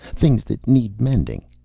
things that need mending.